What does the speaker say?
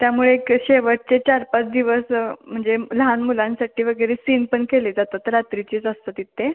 त्यामुळे एक शेवटचे चार पाच दिवस म्हणजे लहान मुलांसाठी वगैरे सीन पण केले जातात रात्रीचे जास्त तिथे